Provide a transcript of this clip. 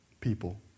people